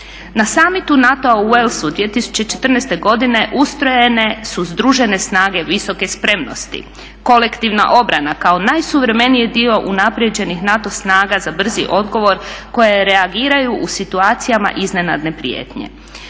Na summitu NATO-a u Walesu 2014. godine ustrojene su Združene snage visoke spremnosti – kolektivna obrana kao najsuvremeniji dio unaprijeđenih NATO snaga za brzi odgovor koje reagiraju u situacijama iznenadne prijetnje.